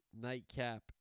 nightcap